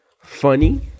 funny